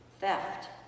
theft